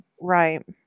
Right